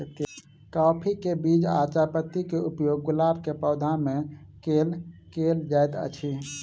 काफी केँ बीज आ चायपत्ती केँ उपयोग गुलाब केँ पौधा मे केल केल जाइत अछि?